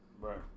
Right